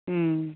ओम